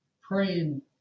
praying